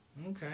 okay